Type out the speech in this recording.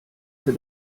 für